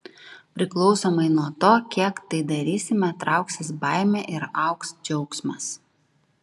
priklausomai nuo to kiek tai darysime trauksis baimė ir augs džiaugsmas